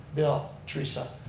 bill, theresa,